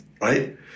right